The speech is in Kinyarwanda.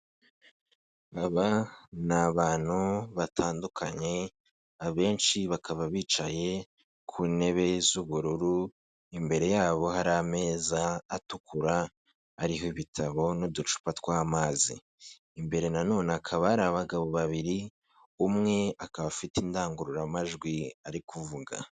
Aba ni abantu batandukanye, abenshi bakaba bicaye ku ntebe z'ubururu, imbere yabo hari ameza atukura ariho ibitabo n'uducupa tw'amazi, imbere na none hakaba hari abagabo babiri, umwe akaba afite indangururamajwi ari kuvuga.